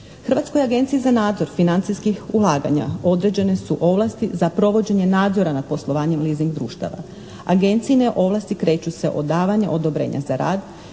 Hrvatskoj agenciji za nadzor financijskih ulaganja određene su ovlasti za provođenje nadzora nad poslovanje leasing društava. Agencijine ovlasti kreću se od davanja odobrenja za rad,